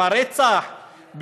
עם הרצח,